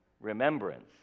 Remembrance